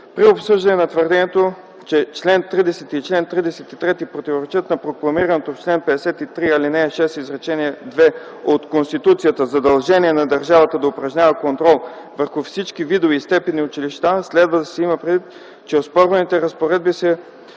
При обсъждане на твърдението, че чл. 30 и чл. 33 противоречат на прокламираното в чл. 53, ал. 6, изречение 2 от Конституцията задължение на държавата да упражнява контрол върху всички видове и степени училища, следва да се има предвид, че с оспорваните разпоредби се